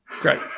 Great